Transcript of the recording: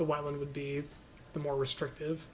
the women would be the more restrictive